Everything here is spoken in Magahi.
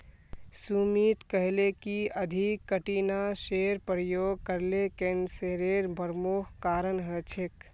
सुमित कहले कि अधिक कीटनाशेर प्रयोग करले कैंसरेर प्रमुख कारण हछेक